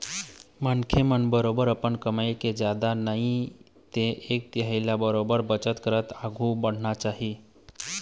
मनखे मन ल बरोबर अपन कमई के जादा नई ते एक तिहाई ल बरोबर बचत करत आघु बढ़ना चाही